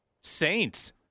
Saints